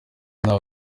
nta